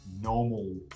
normal